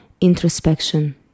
introspection